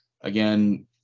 Again